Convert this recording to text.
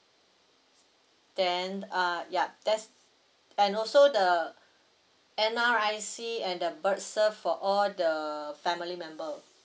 then uh yup that's and also the N_R_I_C and the birth cert for all the family member